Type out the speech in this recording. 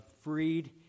freed